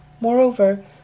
Moreover